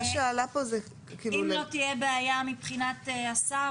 אם לא תהיה בעיה מבחינת השר,